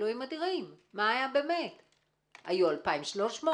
היו 2,300?